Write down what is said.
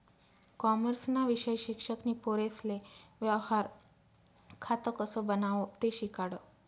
कॉमर्सना विषय शिक्षक नी पोरेसले व्यवहार खातं कसं बनावो ते शिकाडं